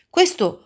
Questo